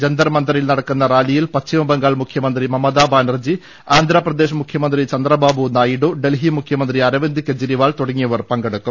ജന്തർ മന്തറിൽ നടക്കുന്ന റാലിയിൽ പശ്ചിമ ബംഗാൾ മുഖ്യമന്ത്രി മമതാ ബാനർജി ആന്ധ്രാപ്രദേശ് മുഖ്യമന്ത്രി ചന്ദ്രബാബു നായിഡു ഡൽഹി മുഖ്യമന്ത്രി അരവിന്ദ് കെജരിവാൾ തുടങ്ങിയവർ പങ്കെടുക്കും